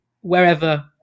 wherever